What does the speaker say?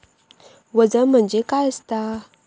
वजन म्हणजे काय असता?